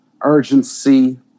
urgency